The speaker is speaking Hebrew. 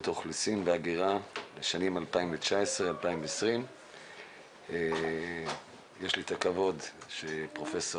האוכלוסין וההגירה לשנים 2019 2020. יש לי את הכבוד שפרופ'